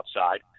outside